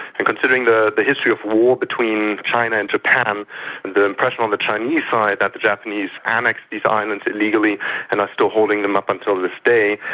and considering the the history of war between china and japan and the impression on the chinese side that the japanese annexed these islands illegally and are still holding them up until this day,